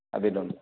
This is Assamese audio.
আবেদন